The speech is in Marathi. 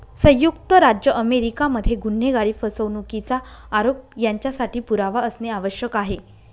संयुक्त राज्य अमेरिका मध्ये गुन्हेगारी, फसवणुकीचा आरोप यांच्यासाठी पुरावा असणे आवश्यक आहे